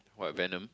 what Venom